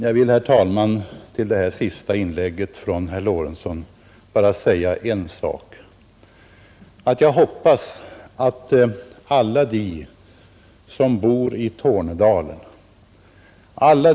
Herr talman! Vad herr Lorentzon här senast yttrat är fel.